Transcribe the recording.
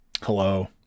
Hello